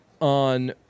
on